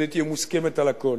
אבל היא תהיה מוסכמת על הכול.